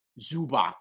Zuba